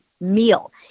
meal